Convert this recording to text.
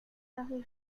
carré